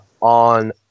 on